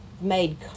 made